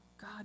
God